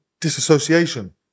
disassociation